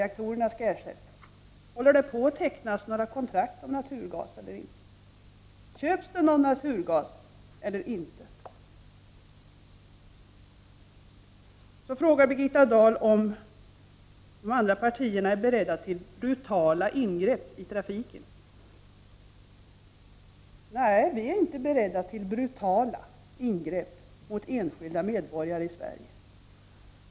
Så frågar Birgitta Dahl om de andra partierna är beredda till brutala ingrepp i trafiken. Nej, vi är inte beredda till brutala ingrepp mot enskilda medborgare i Sverige.